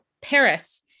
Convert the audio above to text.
Paris